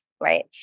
right